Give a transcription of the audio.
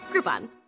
Groupon